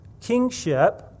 Kingship